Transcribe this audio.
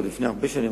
עוד לפני הרבה שנים,